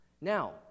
Now